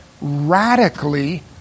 radically